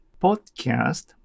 Podcast